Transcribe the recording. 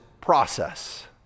process